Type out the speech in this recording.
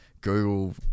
Google